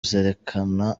zerekana